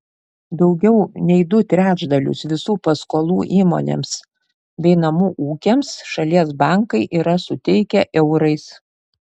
daugiau nei du trečdalius visų paskolų įmonėms bei namų ūkiams šalies bankai yra suteikę eurais